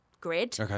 grid